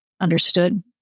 understood